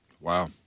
Wow